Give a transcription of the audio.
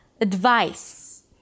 Advice